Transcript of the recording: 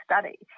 study